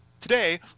Today